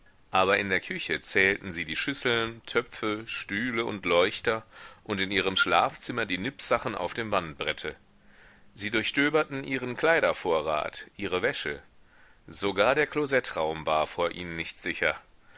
aber in der küche zählten sie die schüsseln töpfe stühle und leuchter und in ihrem schlafzimmer die nippsachen auf dem wandbrette sie durchstöberten ihren kleidervorrat ihre wäsche sogar der klosettraum war vor ihnen nicht sicher